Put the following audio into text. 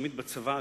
תמיד בצבא,